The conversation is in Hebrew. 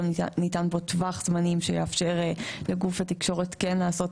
ניתן פה טווח זמנים שיאפשר לגוף התקשורת לעשות